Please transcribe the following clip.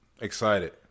Excited